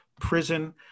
prison